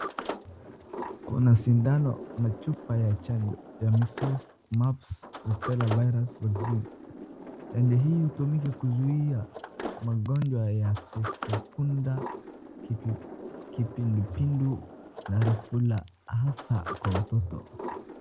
Kuna sindano na chupa ya chanjo ya measles maps rubella virus vaccine chanjo hii hutumika kuzuia magonjwa ya pepo punda, kipindu pindu na repulla hasaa kwa watoto.